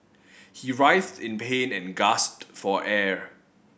he writhed in pain and gasped for air